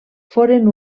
foren